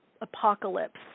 apocalypse